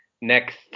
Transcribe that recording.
next